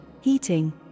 heating